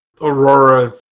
Aurora